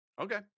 Okay